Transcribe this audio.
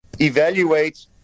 evaluate